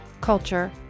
culture